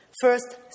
First